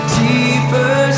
deeper